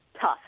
tough